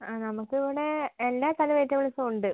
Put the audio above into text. ആ നമുക്കിവിടെ എല്ലാ തരം വെജിറ്റബിൾസും ഉണ്ട്